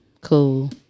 cool